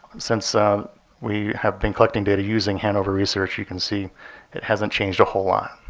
since we have been collecting data using hanover research, you can see it hasn't changed a whole lot.